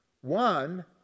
one